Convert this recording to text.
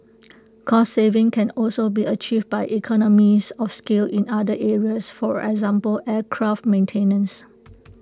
cost saving can also be achieved by economies of scale in other areas for example aircraft maintenance